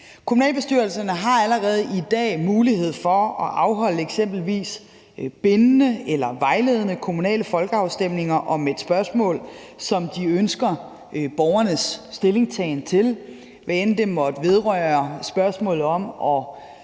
Kommunalbestyrelserne har allerede i dag mulighed for at afholde eksempelvis bindende eller vejledende kommunale folkeafstemninger om spørgsmål, som de ønsker borgernes stillingtagen til, hvad end det måtte vedrøre spørgsmålet om at